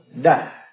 die